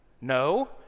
No